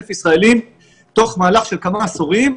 ישראלים תוך מהלך של כמה עשורים,